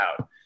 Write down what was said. out